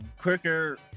quicker